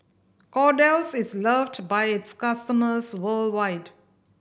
Kordel's is loved by its customers worldwide